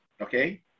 Okay